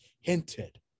hinted